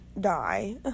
die